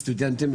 סטודנטים,